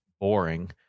boring